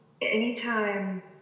anytime